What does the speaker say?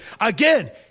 again